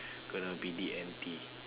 gonna be D and T